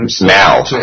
now